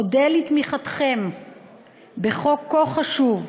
אודה על תמיכתכם בחוק כה חשוב,